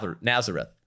Nazareth